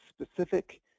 specific